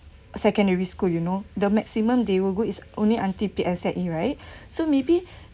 secondary school you know the maximum they will go is only until pay accept it right so maybe